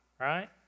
right